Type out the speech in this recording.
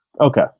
okay